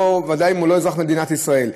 ודאי אם הוא לא אזרח מדינת ישראל.